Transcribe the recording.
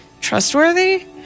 Trustworthy